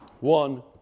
One